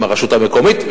עם הרשות המקומית,